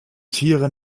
tiere